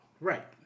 Right